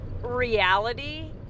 reality